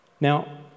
Now